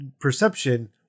perception